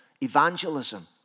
evangelism